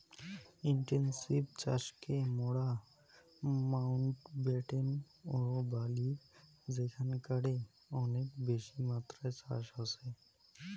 intensive চাষকে মোরা মাউন্টব্যাটেন ও বলি যেখানকারে অনেক বেশি মাত্রায় চাষ হসে